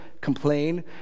complain